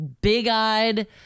big-eyed